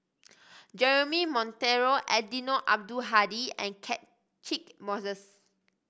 Jeremy Monteiro Eddino Abdul Hadi and Catchick Moses